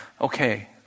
okay